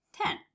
ten